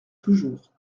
toujours